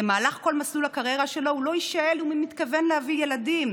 במהלך כל מסלול הקריירה שלו הוא לא יישאל אם הוא מתכוון להביא ילדים,